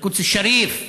אל-קודס א-שריף,